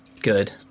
good